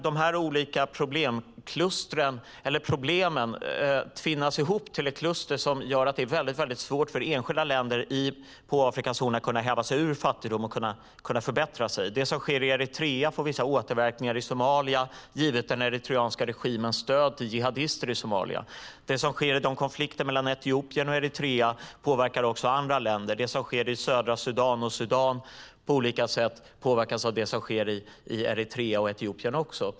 De olika problemen tvinnas ihop till ett kluster som gör att det är väldigt svårt för enskilda länder på Afrikas horn att häva sig ur fattigdom och förbättra sig. Det som sker i Eritrea får vissa återverkningar i Somalia, givet den eritreanska regimens stöd till jihadister i Somalia. Det som sker i konflikter mellan Etiopien och Eritrea påverkar också andra länder. Det som sker i södra Sudan och Sudan påverkas på olika sätt av det som sker i Eritrea och Etiopien.